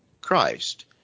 Christ